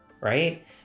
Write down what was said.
right